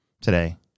today